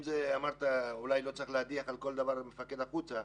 אמרת שאולי לא צריך להדיח על כל דבר מפקד ולהוציא אותו,